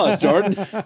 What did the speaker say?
Jordan